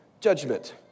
judgment